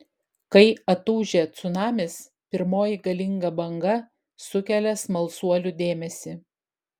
kai atūžia cunamis pirmoji galinga banga sukelia smalsuolių dėmesį